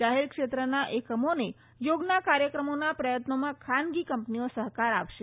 જાહેર ક્ષેત્રના એકમોને યોગના કાર્યક્રમોના પ્રયત્નોમાં ખાનગી કંપનીઓ સહકાર આપશે